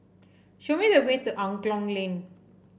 show me the way to Angklong Lane